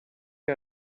que